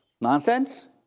nonsense